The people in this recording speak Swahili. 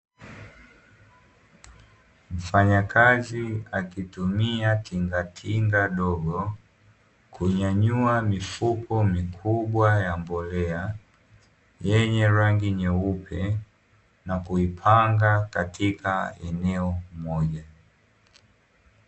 Mfanyakazi akitumia tingatinga dogo kunyanyuwa mifuko mikubwa ya mbolea, yenye rangi nyeupe na kupanga katika eneo moja.